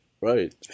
Right